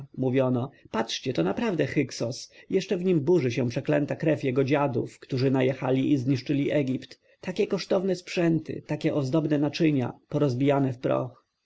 mówiono patrzcie to naprawdę hyksos jeszcze w nim burzy się przeklęta krew jego dziadów którzy najechali i zniszczyli egipt takie kosztowne sprzęty takie ozdobne naczynia porozbijane w proch